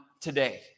today